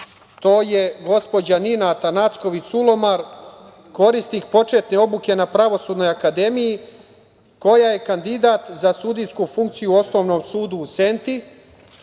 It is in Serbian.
to je gospođa Nina Atanacković Sulomar, korisnik početne obuke na Pravosudnoj akademiji, koja je kandidat za sudijsku funkciju u Osnovnom sudu u Senti,